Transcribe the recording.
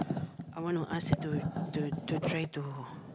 I wanna ask to to try to